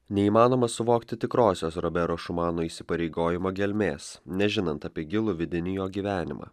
neįmanoma suvokti tikrosios robero šumano įsipareigojimo gelmės nežinant apie gilų vidinį jo gyvenimą